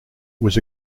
was